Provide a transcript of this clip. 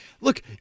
look